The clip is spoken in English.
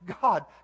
God